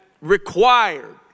required